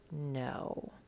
No